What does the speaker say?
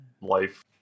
Life